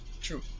True